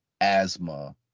asthma